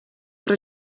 про